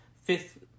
fifth